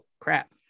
crap